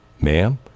Ma'am